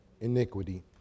iniquity